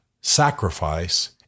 sacrifice